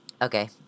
Okay